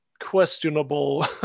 questionable